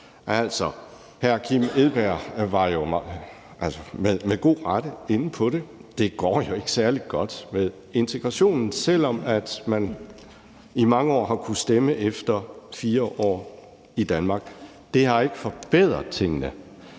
Kim Edberg Andersen var jo med god ret inde på det: Det går ikke særlig godt med integrationen, selv om man i mange år har kunnet stemme efter 4 år i Danmark. Det har ikke forbedret tingene.